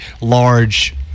large